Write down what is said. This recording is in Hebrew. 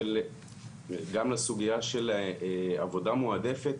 אני אתייחס גם לסוגייה של עבודה מועדפת,